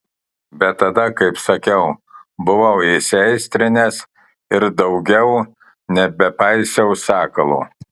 bet tada kaip sakiau buvau įsiaistrinęs ir daugiau nebepaisiau sakalo